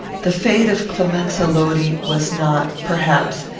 the fate of clemenza lodi was not, perhaps,